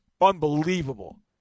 unbelievable